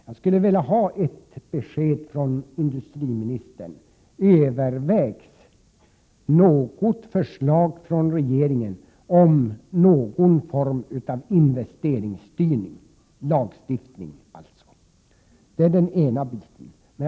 Jag skulle vilja ha ett besked från industriministern: Övervägs något förslag från regeringen om någon form av investeringsstyrning, alltså lagstiftning? — Det är den ena saken.